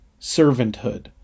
servanthood